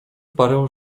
parę